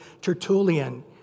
Tertullian